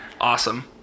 Awesome